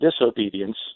disobedience